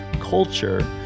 culture